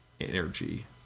energy